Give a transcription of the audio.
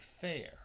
fair